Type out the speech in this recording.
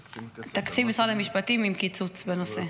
תקציב משרד המשפטים עם קיצוץ בנושא.